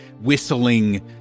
whistling